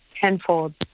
tenfold